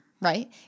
right